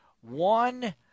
One